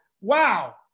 Wow